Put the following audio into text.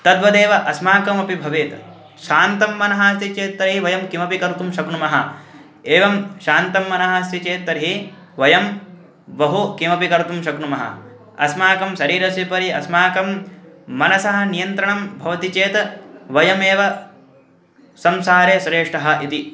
तद्वदेव अस्माकमपि भवेत् शान्तः मनः अस्ति चेत् तर्हि वयं किमपि कर्तुं शक्नुमः एवं शान्तः मनः अस्ति चेत् तर्हि वयं बहु किमपि कर्तुं शक्नुमः अस्माकं शरीरस्युपरि अस्माकं मनसः नियन्त्रणं भवति चेत् वयमेव संसारे श्रेष्ठः इति